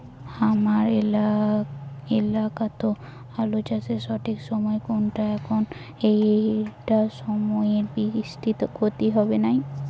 হামার এলাকাত আলু চাষের সঠিক সময় কুনটা যখন এইটা অসময়ের বৃষ্টিত ক্ষতি হবে নাই?